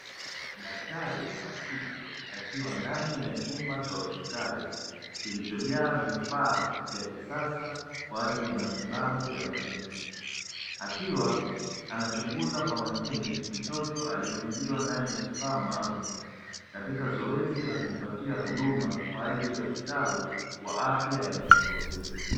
Daktari wa kike akiwa ndani ya chumba cha hospitali kilichojaa vifaa vya kisasa kwa ajili ya matibabu ya watoto, akiwa anachunguza kwa makini mtoto aliyefungiwa ndani ya kifaa maalumu katika zoezi la kumpatia huduma kwa ajili ya ustawi wa afya ya mtoto huyo.